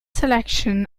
selection